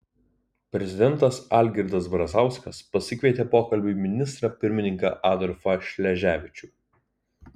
prezidentas algirdas brazauskas pasikvietė pokalbiui ministrą pirmininką adolfą šleževičių